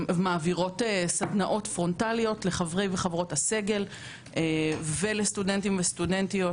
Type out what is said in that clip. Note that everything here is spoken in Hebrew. אנחנו מעבירות סדנאות פרונטליות לחברי הסגל ולסטודנטים ולסטודנטיות.